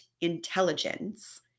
intelligence